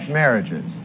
marriages